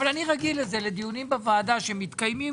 אבל אני רגיל לדיונים בוועדה שמתקיימים